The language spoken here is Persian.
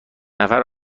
نفر